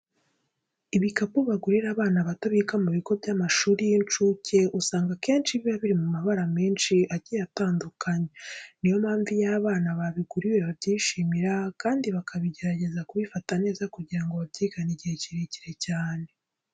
Ibikapu bagurira abana bato biga mu bigo by'amashuri y'incuke, usanga akenshi biba biri mu mabara menshi agiye atandukanue. Ni yo mpamvu iyo aba bana babiguriwe babyishimira kandi bakagerageza kubifata neza kugira ngo babyigane igihe kirekire cyane.